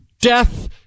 death